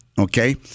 okay